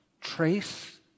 trace